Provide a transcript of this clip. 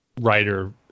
writer